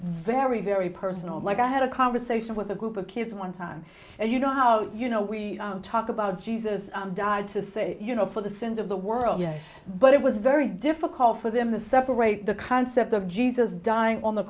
very very personal like i had a conversation with a group of kids one time and you know how you know we talk about jesus died to say you know for the sins of the world but it was very difficult for them to separate the concept of jesus dying on the